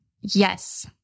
Yes